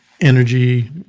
energy